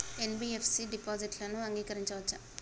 NBFC డిపాజిట్లను అంగీకరించవచ్చా?